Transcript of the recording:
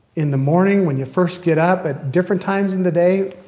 in the morning when you first get up, at different times in the day,